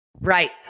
right